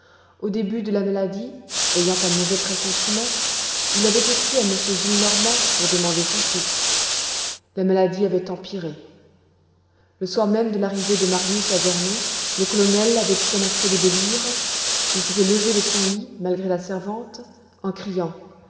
au début de la maladie ayant un mauvais pressentiment il avait écrit à m gillenormand pour demander son fils la maladie avait empiré le soir même de l'arrivée de marius à vernon le colonel avait eu un accès de délire il s'était levé de son lit malgré la servante en criant